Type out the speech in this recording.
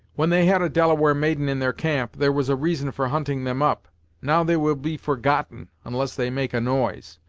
when they had a delaware maiden in their camp, there was a reason for hunting them up now they will be forgotten unless they make a noise.